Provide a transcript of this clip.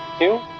you.